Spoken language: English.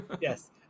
Yes